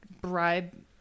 Bribe